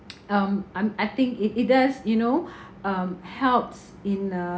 um I'm I think it it does you know um helps in